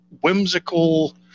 whimsical